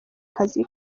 kazi